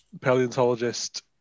paleontologist